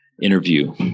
interview